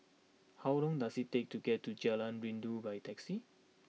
how long does it take to get to Jalan Rindu by taxi